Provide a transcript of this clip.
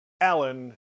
Allen